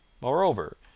Moreover